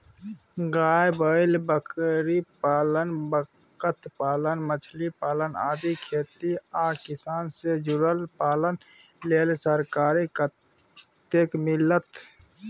गाय, बैल, बकरीपालन, बत्तखपालन, मछलीपालन आदि खेती आ किसान से जुरल पालन लेल जानकारी कत्ते मिलत?